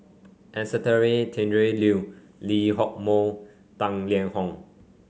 Anastasia Tjendri Liew Lee Hock Moh Tang Liang Hong